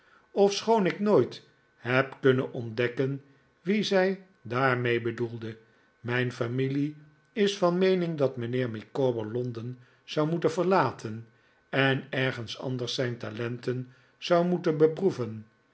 ofschoon ik nooit heb kunnen ontdekken wie zij daarmee bedoelde mijn familie is van meening dat mijnheer micawber londen zou moeten verlaten en ergens anders zijn talenten zou moeten beproeven